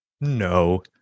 No